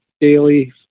daily